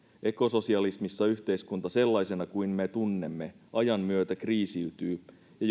ekososialismissa yhteiskunta sellaisena kuin me sen tunnemme ajan myötä kriisiytyy ja